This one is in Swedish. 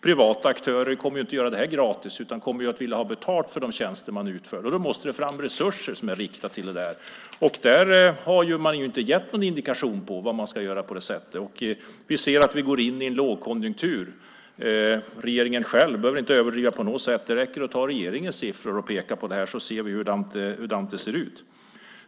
Privata aktörer kommer inte att göra detta gratis utan kommer att vilja ha betalt för de tjänster de utför. Då måste det fram resurser som är riktade till detta. Där har man inte gett någon indikation på vad man ska göra. Vi går in i en lågkonjunktur. Jag behöver inte överdriva på något sätt, det räcker med att ta regeringens siffror för att se hur det ser ut.